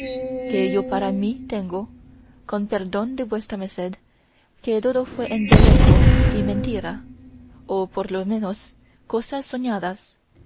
que yo para mí tengo con perdón de vuestra merced que todo fue embeleco y mentira o por lo menos cosas soñadas